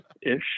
ish